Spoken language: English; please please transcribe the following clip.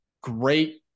great